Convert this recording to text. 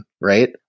right